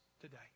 today